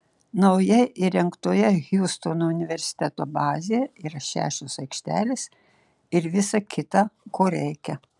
naujai įrengtoje hjustono universiteto bazėje yra šešios aikštelės ir visa kita ko reikia